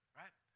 right